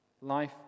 Life